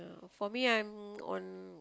for me I'm on